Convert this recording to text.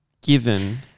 given